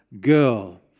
girl